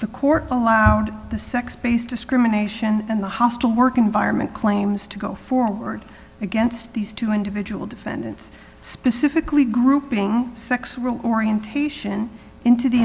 the cork allowed the sex based discrimination and the hostile work environment claims to go forward against these two individual defendants specifically grouping sexual orientation into the